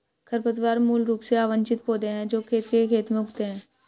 खरपतवार मूल रूप से अवांछित पौधे हैं जो खेत के खेत में उगते हैं